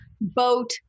Boat